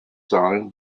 signed